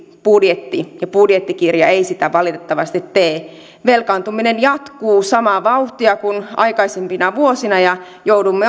budjetti ja budjettikirja ei sitä valitettavasti tee velkaantuminen jatkuu samaa vauhtia kuin aikaisempina vuosina ja joudumme